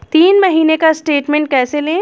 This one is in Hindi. तीन महीने का स्टेटमेंट कैसे लें?